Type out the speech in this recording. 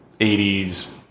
80s